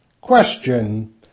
Question